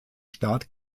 staat